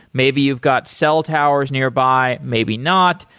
maybe you've got cell towers nearby, maybe not.